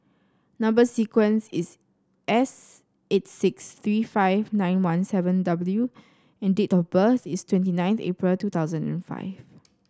number sequence is S eight six three five nine one seven W and date of birth is twenty nine April two thousand and five